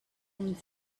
and